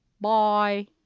Bye